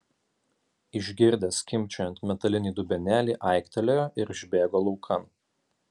išgirdęs skimbčiojant metalinį dubenėlį aiktelėjo ir išbėgo laukan